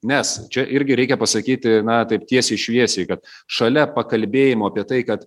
nes čia irgi reikia pasakyti na taip tiesiai šviesiai kad šalia pakalbėjimų apie tai kad